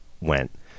went